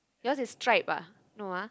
yours is stripe ah no ah